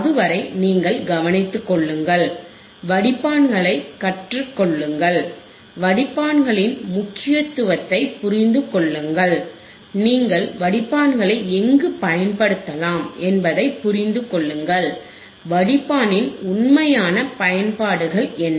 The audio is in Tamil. அதுவரை நீங்கள் கவனித்துக் கொள்ளுங்கள் வடிப்பான்களைக் கற்றுக் கொள்ளுங்கள் வடிப்பான்களின் முக்கியத்துவத்தைப் புரிந்து கொள்ளுங்கள் நீங்கள் வடிப்பான்களை எங்கு பயன்படுத்தலாம் என்பதைப் புரிந்து கொள்ளுங்கள் வடிப்பான் இன் உண்மையான பயன்பாடுகள் என்ன